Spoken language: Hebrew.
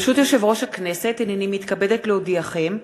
ברשות יושב-ראש הכנסת, הנני מתכבדת להודיעכם,